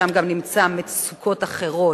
שם גם נמצא מצוקות אחרות,